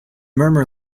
murmur